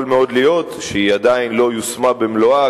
יכול מאוד להיות שהיא עדיין לא יושמה במלואה,